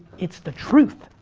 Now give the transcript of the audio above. it's the truth.